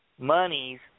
monies